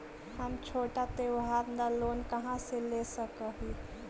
हम छोटा त्योहार ला लोन कहाँ से ले सक ही?